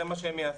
זה מה שהם יעשו,